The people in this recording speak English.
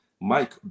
Mike